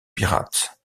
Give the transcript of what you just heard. pirates